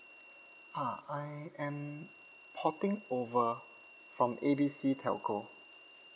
ah I am porting over from A B C telco